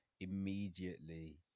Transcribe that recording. immediately